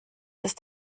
ist